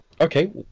Okay